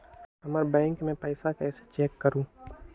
हमर बैंक में पईसा कईसे चेक करु?